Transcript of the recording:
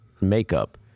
makeup